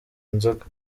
inzoga